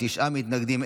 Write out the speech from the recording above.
תשעה מתנגדים,